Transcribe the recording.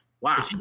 Wow